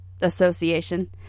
association